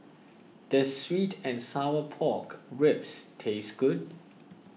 does Sweet and Sour Pork Ribs taste good